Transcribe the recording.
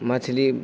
مچھلی